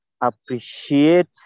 appreciate